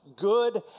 good